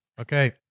Okay